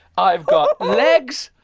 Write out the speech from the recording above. i've got legs,